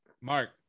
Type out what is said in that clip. mark